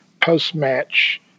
post-match